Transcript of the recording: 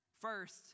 First